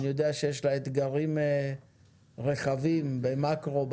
אני יודע שיש לה אתגרים רחבים במקרו,